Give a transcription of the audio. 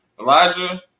Elijah